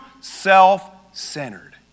self-centered